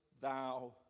thou